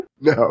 No